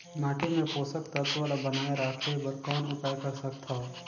माटी मे पोषक तत्व ल बनाय राखे बर कौन उपाय कर सकथव?